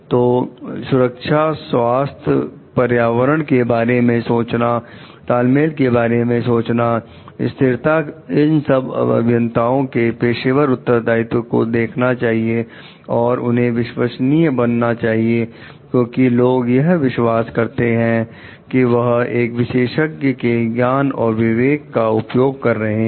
तो सुरक्षास्वास्थ्य पर्यावरण के बारे में सोचना तालमेल के बारे में सोचना स्थिरता इन सब अभियंता के पेशेवर उत्तरदायित्व को देखना चाहिए और उन्हें विश्वसनीय बनाना चाहिए क्योंकि लोग यह विश्वास करते हैं कि वह एक विशेषज्ञ के ज्ञान और विवेक का उपयोग कर रहे हैं